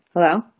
Hello